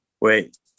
Wait